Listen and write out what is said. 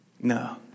No